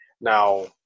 Now